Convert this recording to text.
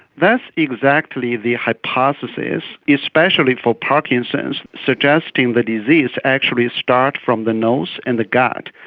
that's exactly the hypothesis, especially for parkinson's, suggesting the disease actually starts from the nose and the gut.